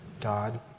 God